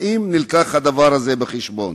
האם הובא הדבר הזה בחשבון?